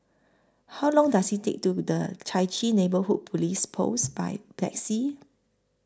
How Long Does IT Take to get to The Chai Chee Neighbourhood Police Post By Taxi